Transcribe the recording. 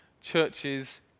churches